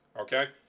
Okay